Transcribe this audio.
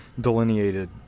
delineated